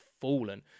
fallen